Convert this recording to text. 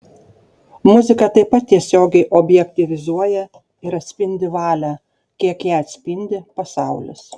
muzika taip pat tiesiogiai objektyvizuoja ir atspindi valią kiek ją atspindi pasaulis